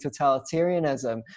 totalitarianism